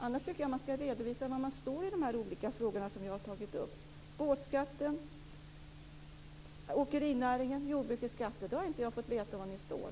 Annars tycker jag att man skall redovisa var man står i de olika frågor som jag har tagit upp: båtskatten, åkerinäringen, jordbrukets skatter. Där har jag inte fått veta var ni står.